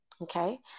okay